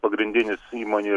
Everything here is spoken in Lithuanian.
pagrindinis įmonių